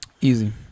Easy